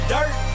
Dirt